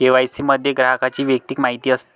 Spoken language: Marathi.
के.वाय.सी मध्ये ग्राहकाची वैयक्तिक माहिती असते